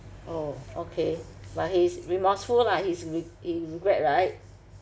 oh okay but he's remorseful lah he's re~ he regret right